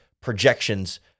projections